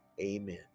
Amen